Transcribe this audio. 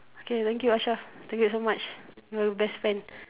okay thank you ashraf thank you so much you are my best friend